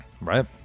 Right